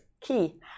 key